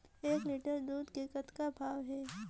एक लिटर दूध के कतका भाव हे?